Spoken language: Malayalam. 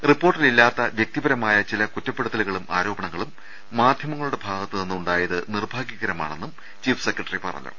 റിപ്പോർട്ടിലില്ലാത്ത വൃക്തിപരമായ ചില കുറ്റപ്പെടുത്തലുകളും ആരോപണങ്ങളും മാധ്യമങ്ങ ളുടെ ഭാഗത്തുനിന്ന് ഉണ്ടായത് നിർഭാഗൃകരമാണെന്നും ചീഫ് സെക്രട്ടറി പറഞ്ഞു